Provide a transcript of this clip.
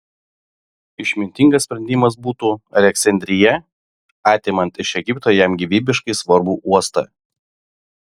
išmintingas sprendimas būtų aleksandrija atimant iš egipto jam gyvybiškai svarbų uostą